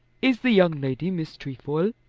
is the young lady miss trefoil?